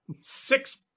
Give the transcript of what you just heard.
six –